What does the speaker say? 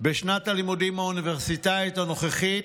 בשנת הלימודים האוניברסיטאית הנוכחית,